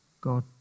God